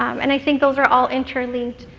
um and i think those are all interlinked.